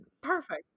Perfect